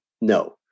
No